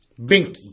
Binky